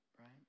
right